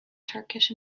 turkish